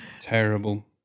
Terrible